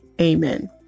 Amen